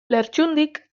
lertxundik